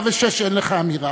ב-106 אין לך אמירה.